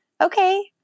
okay